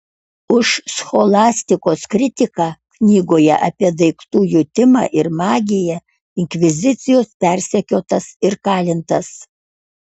už scholastikos kritiką knygoje apie daiktų jutimą ir magiją inkvizicijos persekiotas ir kalintas